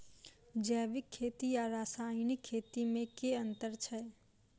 जैविक खेती आ रासायनिक खेती मे केँ अंतर छै?